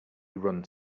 run